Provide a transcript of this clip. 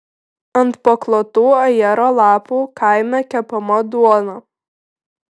ant paklotų ajero lapų kaime kepama duona